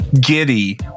giddy